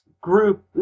group